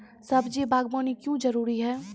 सब्जी बागवानी क्यो जरूरी?